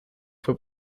fue